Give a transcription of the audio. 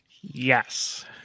yes